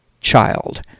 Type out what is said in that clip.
child